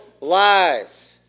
lies